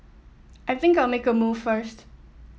I think I'll make a move first